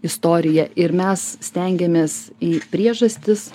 istoriją ir mes stengiamės į priežastis